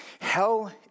Hell